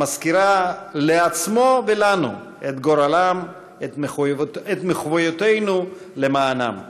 המזכירה לעצמו ולנו את גורלם, את מחויבותנו למענם.